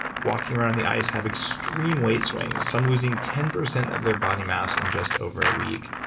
walking around in the ice, have extreme weight swings, some losing ten percent of their body mass in just over a week.